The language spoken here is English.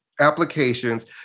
applications